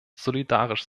solidarisch